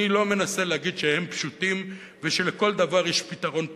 אני לא מנסה להגיד שהם פשוטים ושלכל דבר יש פתרון פשוט,